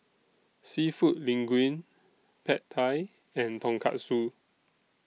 Seafood Linguine Pad Thai and Tonkatsu